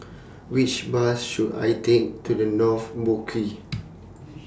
Which Bus should I Take to The North Boat Quay